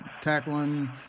tackling